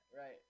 right